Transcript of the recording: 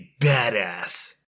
badass